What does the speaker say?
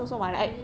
really meh